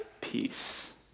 peace